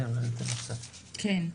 כן,